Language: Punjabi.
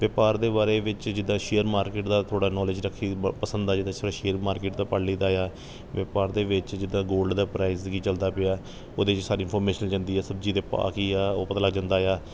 ਵਪਾਰ ਦੇ ਬਾਰੇ ਵਿੱਚ ਜਿੱਦਾਂ ਸ਼ੇਅਰ ਮਾਰਕੀਟ ਦਾ ਥੋੜ੍ਹਾ ਨੌਲੇਜ ਰੱਖੀ ਪਸੰਦ ਆ ਜਿੱਦਾਂ ਸੇਅਰ ਮਾਰਕੀਟ ਦਾ ਪੜ੍ਹ ਲਈਦਾ ਆ ਵਪਾਰ ਦੇ ਵਿੱਚ ਜਿੱਦਾਂ ਗੋਲਡ ਦਾ ਪ੍ਰਾਈਸ ਕੀ ਚਲਦਾ ਪਿਆ ਉਹਦੇ 'ਚ ਸਾਰੀ ਇਨਫੋਰਮੇਸ਼ਨ ਆ ਜਾਂਦੀ ਹੈ ਸਬਜ਼ੀ ਦੇ ਭਾਅ ਕੀ ਆ ਉਹ ਪਤਾ ਲੱਗ ਜਾਂਦਾ ਆ